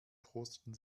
prosteten